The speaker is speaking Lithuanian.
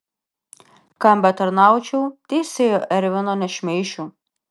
kam betarnaučiau teisėjo ervino nešmeišiu